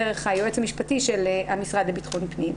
דרך היועץ המשפטי של המשרד לביטחון פנים,